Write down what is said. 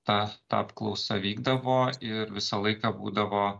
ta apklausa vykdavo ir visą laiką būdavo